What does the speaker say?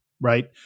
right